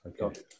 okay